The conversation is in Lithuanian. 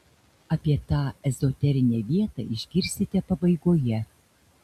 apie tą ezoterinę vietą išgirsite pabaigoje